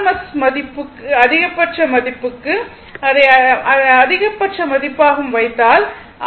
S அதிகபட்ச மதிப்பு அதை அதிகபட்ச மதிப்பாகவும் வைத்தால் ஆர்